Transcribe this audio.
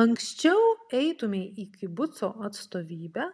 anksčiau eitumei į kibuco atstovybę